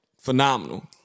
phenomenal